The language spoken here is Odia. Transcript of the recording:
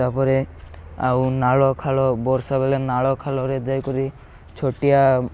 ତାପରେ ଆଉ ନାଳ ଖାଲ ବର୍ଷା ବେଲେ ନାଳ ଖାଲରେ ଯାଇକରି ଛୋଟିଆ